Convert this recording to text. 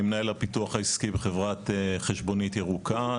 אני מנהל הפיתוח העסקי בחברת חשבונית ירוקה,